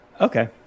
Okay